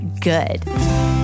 good